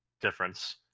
difference